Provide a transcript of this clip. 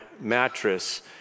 mattress